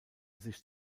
sich